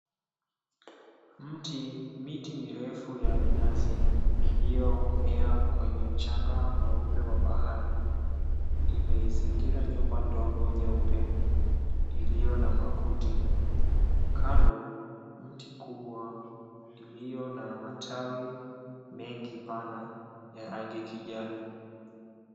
Mti miti mirefu ya minazi iliyomea kwenye mchanga mweupe wa bahari imeizingira nyumba ndogo nyeupe iliyo na makuti. Kando mti kubwa iliyo na matawi mengi pana ya rangi ya kijani.